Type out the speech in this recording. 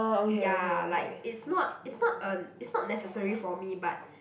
ya like it's not it's not a it's not necessary for me but